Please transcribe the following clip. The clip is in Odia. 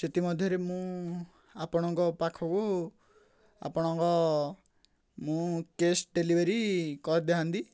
ସେଥିମଧ୍ୟରେ ମୁଁ ଆପଣଙ୍କ ପାଖକୁ ଆପଣଙ୍କ ମୁଁ କେସ୍ ଡେଲିଭରି କରିଦିଅନ୍ତି